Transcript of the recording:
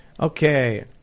Okay